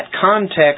context